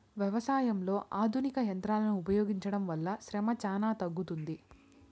వ్యవసాయంలో ఆధునిక యంత్రాలను ఉపయోగించడం వల్ల శ్రమ చానా తగ్గుతుంది